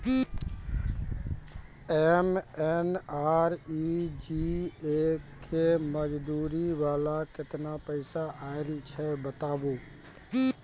MNREGA के मज़दूरी वाला केतना पैसा आयल छै बताबू?